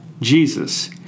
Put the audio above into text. Jesus